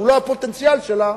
שהוא לא הפוטנציאל שלה,